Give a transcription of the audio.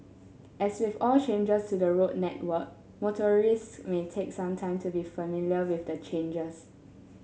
as with all changes to the road network motorists may take some time to be familiar with the changes